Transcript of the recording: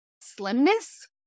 slimness